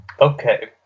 Okay